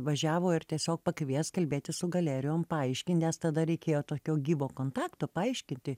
važiavo ir tiesiog pakvies kalbėti su galerijom paaiškin nes tada reikėjo tokio gyvo kontakto paaiškinti